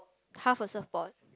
half a surfboard